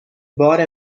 بار